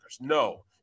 No